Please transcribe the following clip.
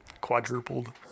quadrupled